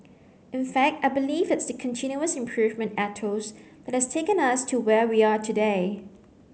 in fact I believe it's the continuous improvement ethos that has taken us to where we are today